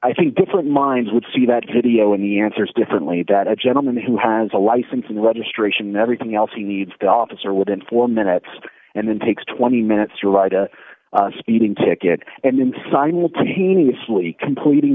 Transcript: i think different minds would see that video and he answers differently that a gentleman who has a license and registration everything else he needs the officer within four minutes and then takes twenty minutes to write a speeding ticket and simultaneously completing